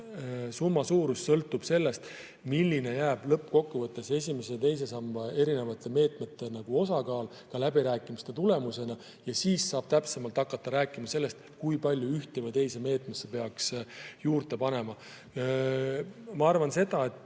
summa suurus sellest, milliseks jääb lõppkokkuvõttes esimese ja teise samba erinevate meetmete osakaal ka läbirääkimiste tulemusena. Siis saab täpsemalt hakata rääkima sellest, kui palju ühte või teise meetmesse peaks juurde panema. Ma arvan seda, et